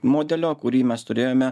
modelio kurį mes turėjome